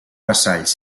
vassalls